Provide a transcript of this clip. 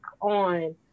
on